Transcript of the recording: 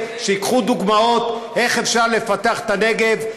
שייקחו דוגמאות איך אפשר לפתח את הנגב,